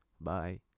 Bye